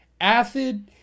acid